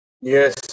Yes